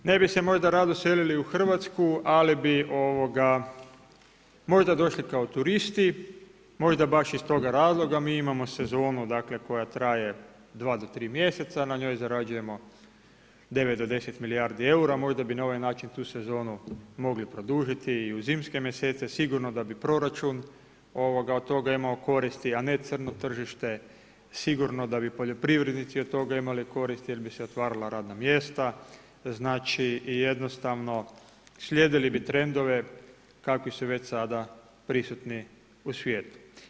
Ne bi se možda rado selili u Hrvatsku, ali bi možda došli kao turisti, možda baš iz toga razloga mi imamo sezonu koja traje 2 do 3 mjeseca, na njoj zarađujemo 9 do 10 milijardi eura, možda bi na ovaj način tu sezonu mogli produžiti i u zimske mjesece, sigurno da bi proračun od toga imao koristi, a ne crno tržište, sigurno da bi poljoprivrednici od toga imali koristi jer bi se otvarala radna mjesta i jednostavno slijedili bi trendove kakvi su već sada prisutni u svijetu.